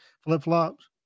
flip-flops